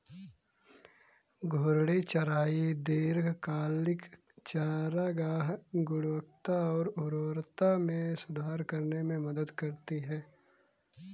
घूर्णी चराई दीर्घकालिक चारागाह गुणवत्ता और उर्वरता में सुधार करने में मदद कर सकती है